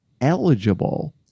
eligible